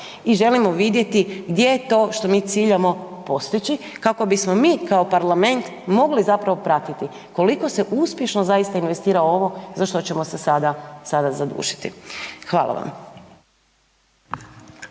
i želimo vidjeti gdje je to što mi ciljamo postići kako bismo mi kao parlament mogli zapravo pratiti koliko se uspješno zaista investira ovo za što ćemo se sada, sada zadužiti. Hvala vam.